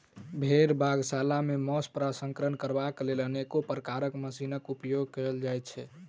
भेंड़ बधशाला मे मौंस प्रसंस्करण करबाक लेल अनेको प्रकारक मशीनक उपयोग कयल जाइत छै